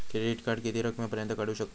Credit card किती रकमेपर्यंत काढू शकतव?